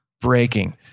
breaking